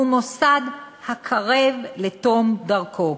הוא מוסד הקרב לתום דרכו.